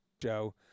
joe